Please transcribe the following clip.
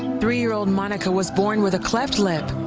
three year old monica was born with a cleft lip.